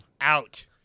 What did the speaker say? Out